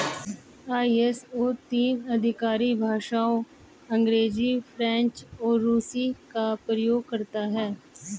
ISO तीन आधिकारिक भाषाओं अंग्रेजी, फ्रेंच और रूसी का प्रयोग करता है